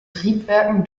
triebwerken